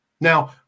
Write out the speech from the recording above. Now